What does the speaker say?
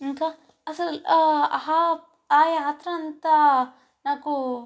ఇంకా అసలు హా ఆ రాత్రంతా నాకు